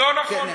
לא נכון.